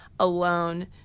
Alone